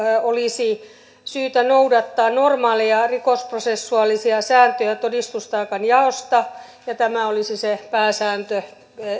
olisi syytä noudattaa normaaleja rikosprosessuaalisia sääntöjä todistustaakan jaosta ja tämä olisi se pääsääntö